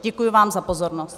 Děkuji vám za pozornost.